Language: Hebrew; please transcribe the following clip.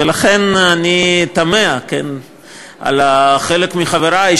ולכן אני תמה על חלק מחברי,